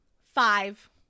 five